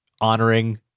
honoring